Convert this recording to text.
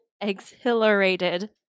Exhilarated